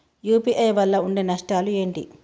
UPI వల్ల ఉండే నష్టాలు ఏంటి??